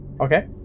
Okay